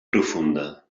profunda